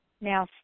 now